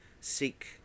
seek